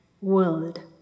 world